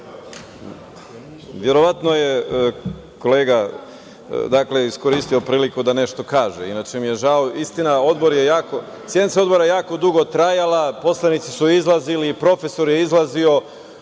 Verovatno je kolega iskoristio priliku da nešto kaže. Inače, žao mi je, istina je da je sednica Odbora jako dugo trajala, poslanici su izlazili, profesor je izlazio. Ako